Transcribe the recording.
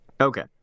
Okay